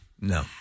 no